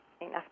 enough